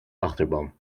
achterban